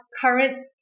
current